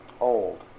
old